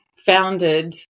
Founded